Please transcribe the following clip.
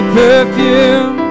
perfume